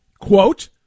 Quote